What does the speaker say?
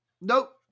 nope